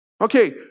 Okay